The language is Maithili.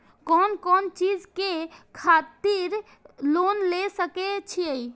कोन कोन चीज के खातिर लोन ले सके छिए?